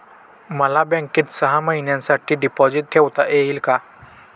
मला बँकेत सहा महिन्यांसाठी डिपॉझिट ठेवता येईल का?